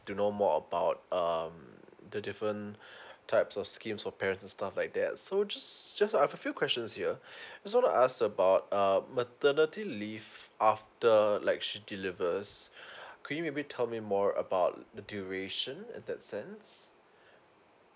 to know more about um the different types of scheme for parents and stuff like that so just just I've a few questions here so just wanna ask about um maternity leave after like she delivers could you maybe tell me more about the duration at that sense